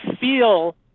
feel